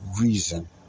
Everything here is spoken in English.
reason